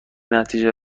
نتیجه